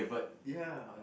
ya